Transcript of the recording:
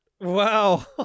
wow